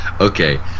Okay